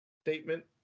statement